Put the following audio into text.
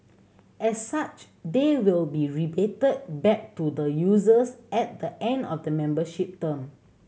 as such they will be rebated back to the users at the end of the membership term